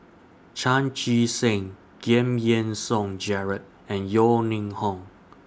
Chan Chee Seng Giam Yean Song Gerald and Yeo Ning Hong